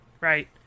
right